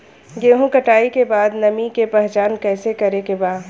गेहूं कटाई के बाद नमी के पहचान कैसे करेके बा?